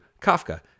kafka